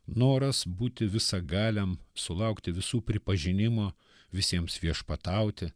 noras būti visagaliam sulaukti visų pripažinimo visiems viešpatauti